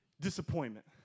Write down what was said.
disappointment